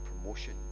promotion